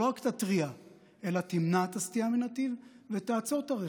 שלא רק תתריע אלא תמנע את הסטייה מנתיב ותעצור את הרכב.